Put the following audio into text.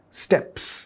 steps